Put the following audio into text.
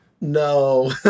no